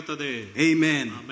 Amen